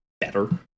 better